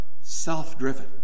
self-driven